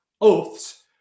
oaths